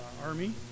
Army